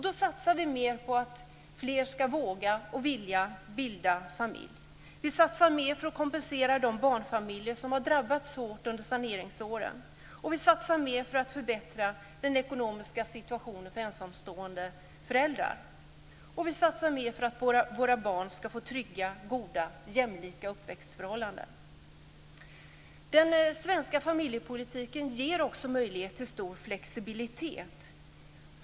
Då satsar vi mer på att fler ska våga och vilja bilda familj. Vi satsar mer för att kompensera de barnfamiljer som drabbats hårt under saneringsåren. Vi satsar mer för att förbättra den ekonomiska situationen för ensamstående föräldrar. Vi satsar mer för att våra barn ska få trygga, goda och jämlika uppväxtförhållanden Den svenska familjepolitiken ger också möjlighet till stor flexibilitet.